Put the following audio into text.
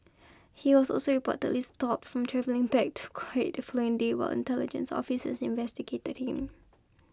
he was also reportedly stopped from travelling back to Kuwait the following day while intelligence officers investigated him